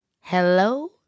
Hello